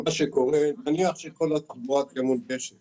נניח שכל התחבורה תהיה מונגשת